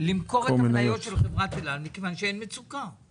למכור את המניות של חברת אל על מכיוון שאין מצוקה,